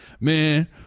man